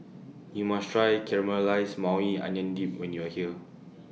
YOU must Try Caramelized Maui Onion Dip when YOU Are here